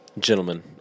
gentlemen